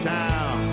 town